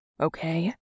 okay